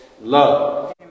love